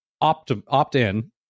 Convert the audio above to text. opt-in